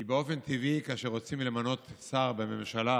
כי באופן טבעי, כאשר רוצים למנות שר בממשלה,